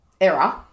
error